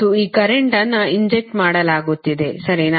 ಮತ್ತು ಈ ಕರೆಂಟ್ ಅನ್ನು ಇಂಜೆಕ್ಟ್ ಮಾಡಲಾಗುತ್ತಿದೆ ಸರಿನಾ